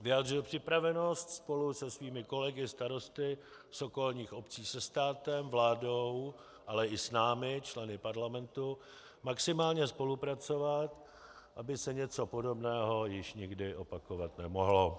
Vyjádřil připravenost spolu se svými kolegy starosty z okolních obcí se státem, vládou, ale i s námi, členy parlamentu, maximálně spolupracovat, aby se něco podobného již nikdy opakovat nemohlo.